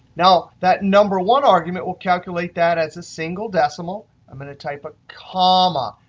now that number one argument will calculate that as a single decimal. i'm going to type a comma.